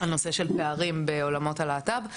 בנושא הפערים בין עולמות הלהט״ב.